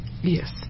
Yes